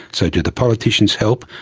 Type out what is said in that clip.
so do the politicians help?